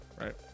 right